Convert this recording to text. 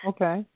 Okay